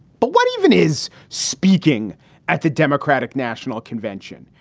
but what even is speaking at the democratic national convention?